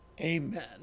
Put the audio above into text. Amen